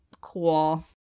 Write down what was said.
cool